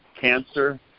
cancer